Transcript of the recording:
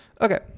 Okay